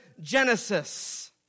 Genesis